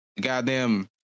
goddamn